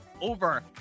over